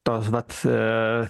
tos vad